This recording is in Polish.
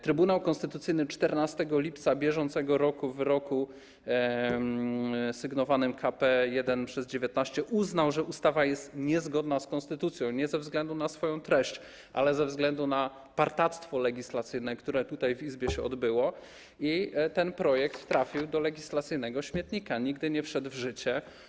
Trybunał Konstytucyjny 14 lipca br. w wyroku sygnowanym KP 1/19 uznał, że ustawa jest niezgodna z konstytucją nie ze względu na swoją treść, ale ze względu na partactwo legislacyjne, które tutaj, w Izbie, się odbyło, i ten projekt trafił do legislacyjnego śmietnika, nigdy nie wszedł w życie.